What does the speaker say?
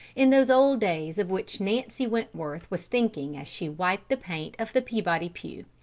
in those old days of which nancy wentworth was thinking as she wiped the paint of the peabody pew.